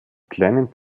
kleinen